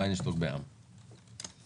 וינשטוק בע"מ, בבקשה.